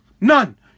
None